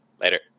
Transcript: Later